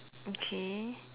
okay